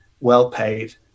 well-paid